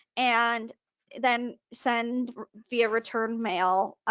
and then send via return mail